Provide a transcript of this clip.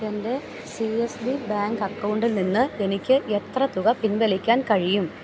എൻ്റെ C S B bank അക്കൗണ്ടിൽ നിന്ന് എനിക്ക് എത്ര തുക പിൻവലിക്കാൻ കഴിയും